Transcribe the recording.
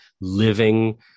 living